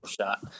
shot